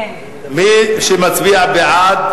מי שמצביע בעד,